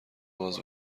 باز